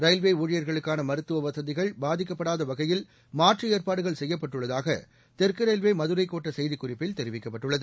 railway ஊழியர்களுக்கான மருத்துவ வசதிகள் பாதிக்கப்படாத வகையில் மாற்று ஏற்பாடுகள் செய்யப்பட்டுள்ளதாக தெற்கு ரயில்வே மதுரை கோட்ட செய்திக்குறிப்பில் தெரிவிக்கப்பட்டுள்ளது